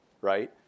right